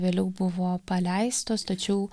vėliau buvo paleistos tačiau